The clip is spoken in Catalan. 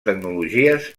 tecnologies